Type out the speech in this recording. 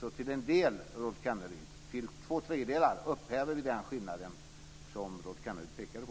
Så till en del, till två tredjedelar, upphävs den skillnad som Rolf Kenneryd pekade på.